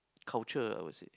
culture I would said